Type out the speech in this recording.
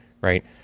right